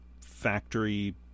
factory